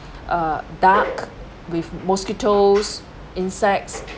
uh dark with mosquitoes insects